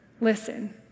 listen